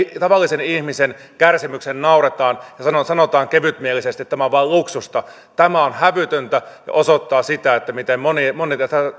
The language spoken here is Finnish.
tavallisen ihmisen kärsimykselle nauretaan ja sanotaan kevytmielisesti että tämä on vain luksusta tämä on hävytöntä ja osoittaa sitä miten moni